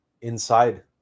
inside